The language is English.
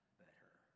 better